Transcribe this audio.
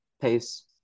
pace